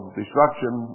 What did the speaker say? destruction